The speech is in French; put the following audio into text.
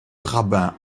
rabbin